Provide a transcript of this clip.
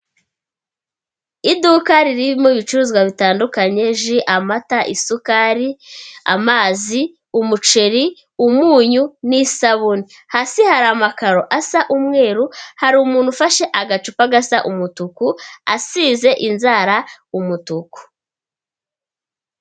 Iduka ririmo ibicuruzwa bitandukanye ji, amata, isukari, amazi, umuceri, umunyu, n'isabune; hasi hari amakaro asa umweru; hari umuntu ufashe agacupa gasa umutuku; asize inzara umutuku.